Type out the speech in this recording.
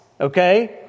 Okay